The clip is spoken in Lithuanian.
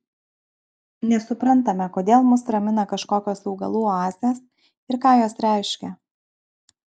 nesuprantame kodėl mus ramina kažkokios augalų oazės ir ką jos reiškia